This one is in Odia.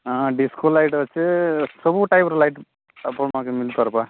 ହଁ ଡିସ୍କୋ ଲାଇଟ୍ ଅଛି ସବୁ ଟାଇପ୍ର ଲାଇଟ୍ ଆପଣ କରିବା